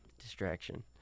distraction